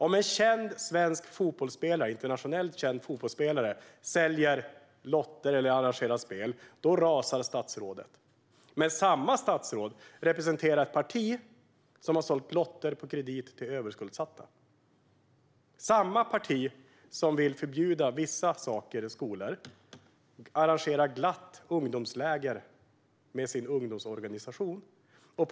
Om en internationellt känd svensk fotbollsspelare säljer lotter eller arrangerar spel rasar statsrådet. Men samma statsråd representerar ett parti som har sålt lotter på kredit till överskuldsatta. Samma parti som vill förbjuda vissa saker och skolor arrangerar glatt ungdomsläger med sin ungdomsorganisation. Herr talman!